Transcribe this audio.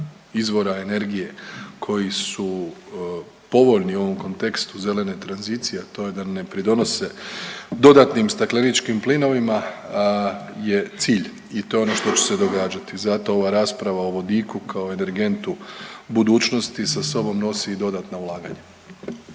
izvora energije koji su povoljni u ovom kontekstu zelene tranzicije, a to je da ne pridonose dodatnim stakleničkim plinovima je cilj i to je ono što će se događati. Zato ova rasprava o vodiku kao energentu budućnosti sa sobom nosi i dodatna ulaganja.